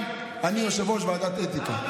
אני יושב-ראש ועדת האתיקה.